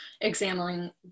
examining